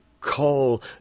call